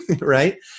Right